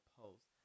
post